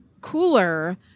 cooler